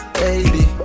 baby